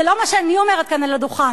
זה לא מה שאני אומרת כאן על הדוכן,